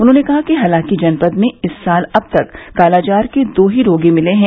उन्होंने कहा कि हालांकि जनपद में इस साल अब तक कालाजार के दो रोगी ही मिले हैं